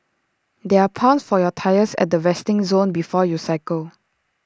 there are pumps for your tyres at the resting zone before you cycle